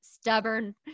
stubborn